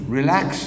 relax